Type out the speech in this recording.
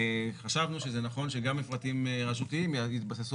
חשבנו שזה נכון שגם מפרטים רשותיים יתבססו